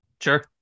Sure